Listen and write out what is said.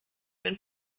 wenn